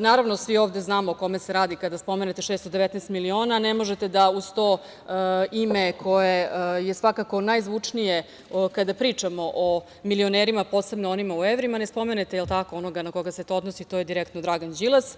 naravno, svi ovde znamo o kome se radi kada spomenete 619 miliona, ne možete da uz to ime koje je svakako najzvučnije kada pričamo o milionerima, posebno onima u evrima, ne spomenete onoga na koga se to odnosi, to je direktno Dragan Đilas.